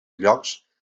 llocs